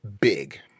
big